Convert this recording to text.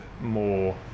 more